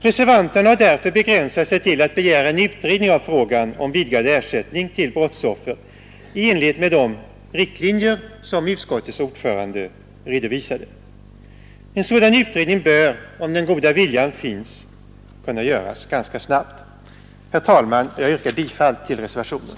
Reservanterna har därför begränsat sig till att begära en utredning av frågan om vidgad ersättning till brottsoffer i enlighet med de riktlinjer som utskottets ordförande redovisat. En sådan utredning bör om den goda viljan finns kunna göras ganska snabbt. Herr talman! Jag yrkar bifall till reservationen.